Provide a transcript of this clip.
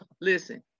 Listen